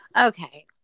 Okay